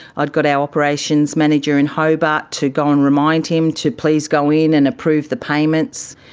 i'd got our operations manager in hobart to go and remind him to please go in and approve the payments,